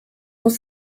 muss